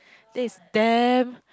this is damn